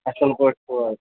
اَصٕل پٲٹھۍ چھُو حظ